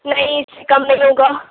نہیں اِس سے کم نہیں ہوگا